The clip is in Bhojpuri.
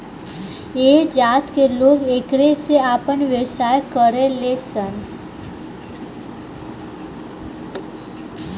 ऐह जात के लोग एकरे से आपन व्यवसाय करेलन सन